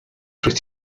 rwyt